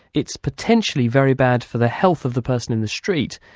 it's potentially very bad for the health of the person in the street,